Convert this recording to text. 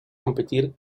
competir